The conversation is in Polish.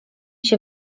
się